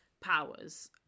powers